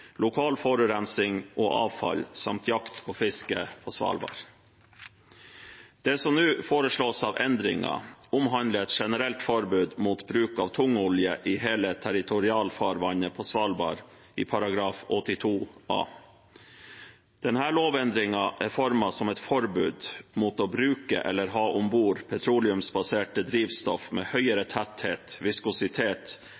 lokal forurensning og avfall samt jakt og fiske på Svalbard. Det som nå foreslås av endringer i § 82 a, omhandler et generelt forbud mot bruk av tungolje i hele territorialfarvannet på Svalbard. Denne lovendringen er formet som et forbud mot å bruke eller ha om bord petroleumsbaserte drivstoff med